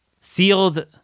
Sealed